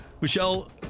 Michelle